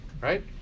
right